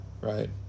right